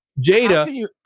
Jada